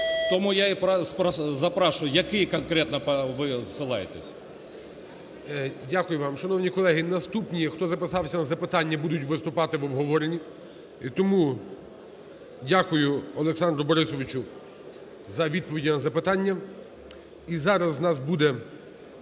Тому я і питаю, на який конкретно ви посилаєтеся? ГОЛОВУЮЧИЙ. Дякую вам. Шановні колеги, наступні, хто записався на запитання будуть виступати в обговоренні. І тому дякую Олександру Борисовичу за відповіді на запитання. І зараз у нас будуть